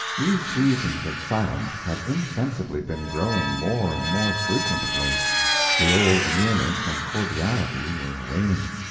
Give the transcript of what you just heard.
these seasons of silence had insensibly been growing more and more frequent of late the old nearness and cordiality were waning.